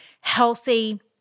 healthy